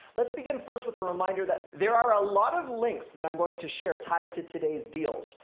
let's begin first with a reminder that there are a lot of links that i'm going to share tied to today's deals.